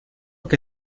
que